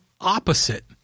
opposite